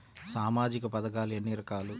సామాజిక పథకాలు ఎన్ని రకాలు?